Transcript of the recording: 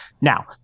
Now